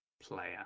player